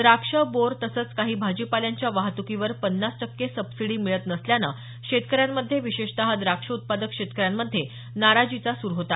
द्राक्ष बोर तसंच काही भाजीपाल्यांच्या वाहतुकीवर पन्नास टक्के सबसिडी मिळत नसल्यानं शेतकऱ्यांमध्ये विशेषतः द्राक्ष उत्पादक शेतकऱ्यांमध्ये नाराजीचा सूर होता